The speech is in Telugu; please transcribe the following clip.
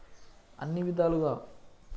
అన్నీ విధాలుగా